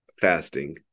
fasting